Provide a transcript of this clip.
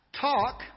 Talk